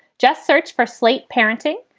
just search for slate parenting.